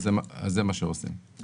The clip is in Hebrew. זה מה שעושים.